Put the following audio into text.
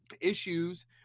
issues